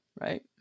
right